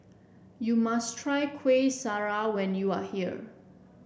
you must try Kuih Syara when you are here